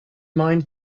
mind